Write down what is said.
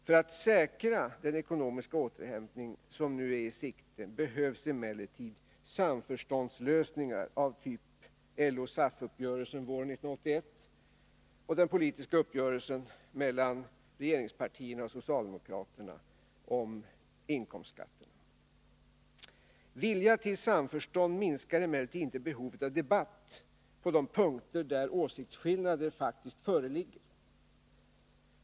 För att säkra den ekonomiska återhämtning som nu är i sikte behövs emellertid samförståndslösningar av typ LO-SAF-uppgörelsen våren 1981 och den politiska uppgörelsen mellan regeringspartierna och socialdemokraterna om inkomstskatterna. Vilja till samförstånd minskar emellertid inte behovet av debatt på de punkter där åsiktsskillnader faktiskt föreligger.